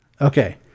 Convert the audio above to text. Okay